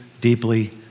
deeply